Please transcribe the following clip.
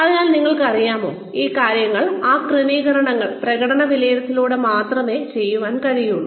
അതിനാൽ നിങ്ങൾക്കറിയാമോ ആ കാര്യങ്ങൾ ആ ക്രമീകരണങ്ങൾ പ്രകടന വിലയിരുത്തലിലൂടെ മാത്രമേ ചെയ്യാൻ കഴിയൂ